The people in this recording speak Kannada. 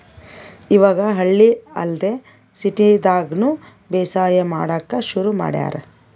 ಇವಾಗ್ ಹಳ್ಳಿ ಅಲ್ದೆ ಸಿಟಿದಾಗ್ನು ಬೇಸಾಯ್ ಮಾಡಕ್ಕ್ ಶುರು ಮಾಡ್ಯಾರ್